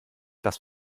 das